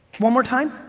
one more time?